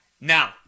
Now